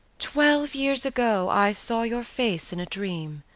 twelve years ago, i saw your face in a dream,